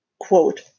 quote